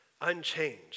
unchanged